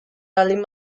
baldin